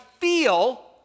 feel